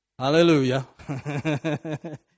Hallelujah